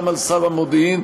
גם על שר המודיעין.